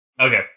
Okay